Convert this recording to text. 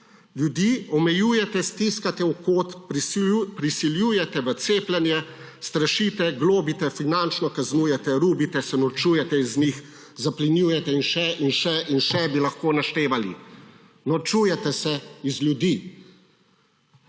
ljudi omejujete, stiskate v kot, prisiljujete v cepljenje, strašite, globite, finančno kaznujete, rubite, se norčujete iz njih, zaplenjujete in še in še bi lahko naštevali. Norčujete se iz ljudi.